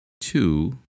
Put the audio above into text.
two